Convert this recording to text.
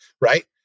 Right